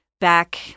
back